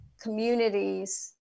communities